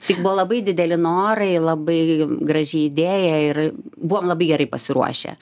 tik buvo labai dideli norai labai graži idėja ir buvom labai gerai pasiruošę